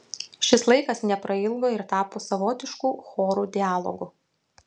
šis laikas neprailgo ir tapo savotišku chorų dialogu